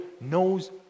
knows